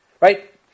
right